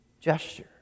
gesture